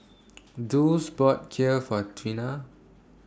Dulce bought Kheer For Trena